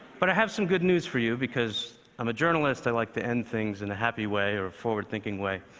but i have some good news for you, because i'm a journalist, i like to end things in a happy way or a forward-thinking way.